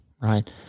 right